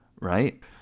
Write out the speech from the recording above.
right